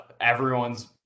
Everyone's